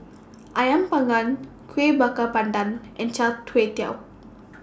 Ayam Panggang Kuih Bakar Pandan and Chai Tuei Tao